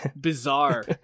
bizarre